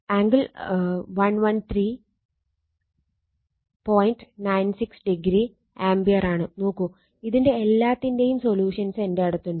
96 degree ampere ആണ് നോക്കൂ ഇതിന്റെ എല്ലാത്തിന്റേം സൊലൂഷൻസ് എൻ്റെ അടുത്തുണ്ട്